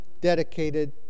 dedicated